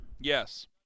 Yes